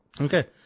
Okay